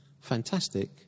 Fantastic